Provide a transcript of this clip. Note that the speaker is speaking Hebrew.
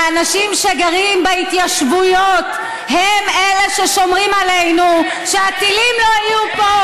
האנשים שגרים בהתיישבויות הם אלה ששומרים עלינו שהטילים לא יהיו פה.